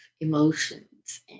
emotions